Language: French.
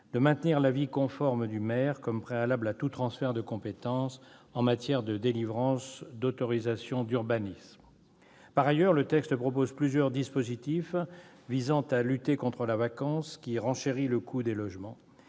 de maintenir l'avis conforme du maire comme préalable à tout transfert de compétence en matière de délivrance d'autorisation d'urbanisme. Par ailleurs, le texte propose plusieurs dispositifs visant à lutter contre la vacance, qui renchérit le coût des logements.